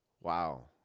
Wow